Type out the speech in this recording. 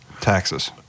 Taxes